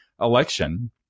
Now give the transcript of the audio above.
election